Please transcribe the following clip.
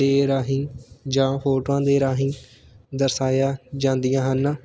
ਦੇ ਰਾਹੀ ਜਾਂ ਫੋਟੋਆਂ ਦੇ ਰਾਹੀਂ ਦਰਸਾਇਆ ਜਾਂਦੀਆਂ ਹਨ